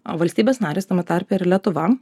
valstybės narės tame tarpe ir lietuva